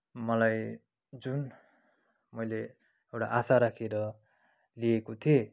मलाई जुन मैले एउटा आशा राखेर लिएको थिएँ